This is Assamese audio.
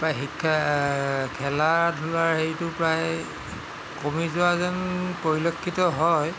বা শিক্ষা খেলা ধূলাৰ হেৰিটো প্ৰায় কমি যোৱা যেন পৰিলক্ষিত হয়